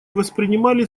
воспринимали